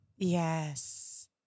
Yes